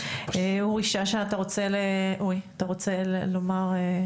אורי שאשא, אתה רוצה לומר?